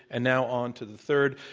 and now onto the third.